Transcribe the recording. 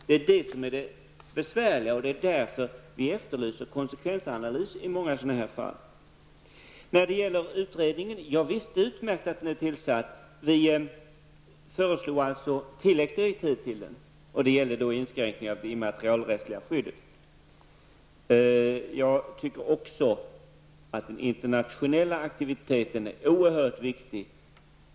Det är det som är det besvärliga, och det är därför som vi efterlyser konsekvensanalyser i många sådana fall. När det gäller utredningen är det utmärkt att den är tillsatt. Vi har alltså föreslagit tilläggsdirektiv till den. Och de gäller inskränkningar i det immaterialrättsliga skyddet. Jag tycker också att den internationella aktiviteten är oerhört viktig.